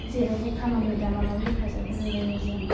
जेरावबो खामानि दामानियाव हेफाजाब होलायलायो जों